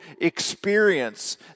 experience